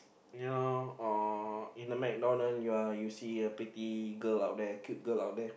you know or in the MacDonald's you are you see a pretty girl out there cute girl out there